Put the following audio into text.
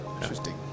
interesting